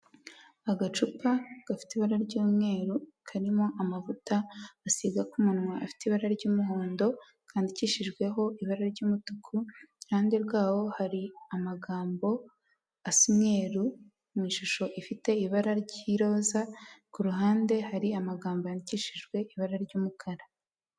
Agacupa gafite ibara ry'umweru karimo amavuta basiga ku munwa afite ibara ry'umuhondo, kandikishijweho ibara ry'umutuku, iruhande rwaho hari amagambo asa umweruru mu ishusho ifite ibara ry'iroza, ku ruhande hari amagambo yandikishijwe ibara ry'umukara.